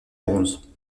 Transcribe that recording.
bronze